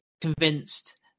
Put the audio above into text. convinced